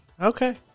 Okay